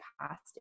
past